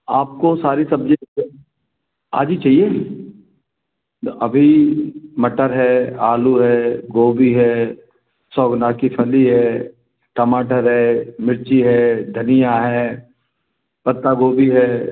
आपको सारी सब्जी आज ही चाहिए तो अभी मटर है आलू है गोभी है सवना की फली है टमाटर है मिर्ची है धनिया है पत्ता गोभी है